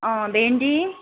भेन्डी